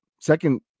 second